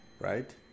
right